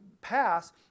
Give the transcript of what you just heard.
pass